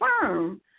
firm